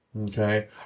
Okay